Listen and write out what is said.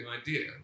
idea